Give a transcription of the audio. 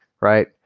right